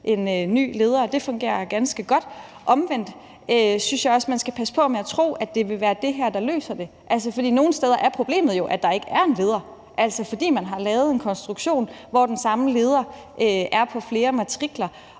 en ny leder, og det fungerer ganske godt. Omvendt synes jeg også, at man skal passe på med at tro, at det vil være det her, der løser det, for nogle steder er problemet jo, at der ikke er en leder, fordi man har lavet en konstruktion, hvor den samme leder er på flere matrikler.